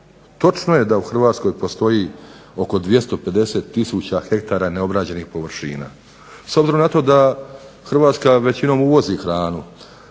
točno je da u Hrvatskoj postoji oko 250 tisuća hektara neobrađenih površina. S obzirom na to da Hrvatska većinom uvozi hranu,